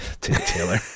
Taylor